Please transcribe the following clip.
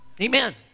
Amen